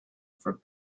for